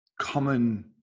common